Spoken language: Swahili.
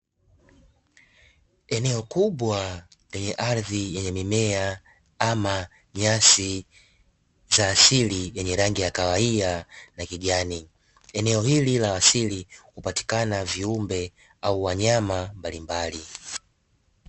Eneo kubwa yenye ardhi yenye mimea ama nyasi za asili yenye rangi ya kawaida na kijani, eneo hili la asili hupatikana viumbe au wanyama mbalimbali.